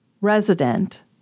resident